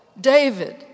David